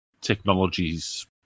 technologies